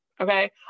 Okay